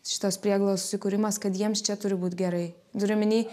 šitos prieglaudos susikūrimas kad jiems čia turi būt gerai turiu omeny